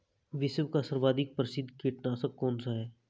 विश्व का सर्वाधिक प्रसिद्ध कीटनाशक कौन सा है?